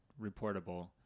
reportable